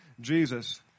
Jesus